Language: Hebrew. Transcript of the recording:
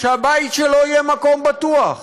שהבית שלו יהיה מקום בטוח.